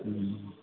कहियौ ने